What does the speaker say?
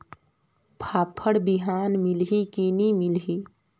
फाफण बिहान मिलही की नी मिलही?